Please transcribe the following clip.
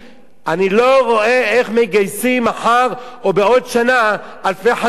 אני לא רואה איך מגייסים מחר או בעוד שנה אלפי חסידים.